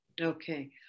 Okay